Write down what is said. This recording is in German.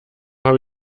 habe